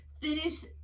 finish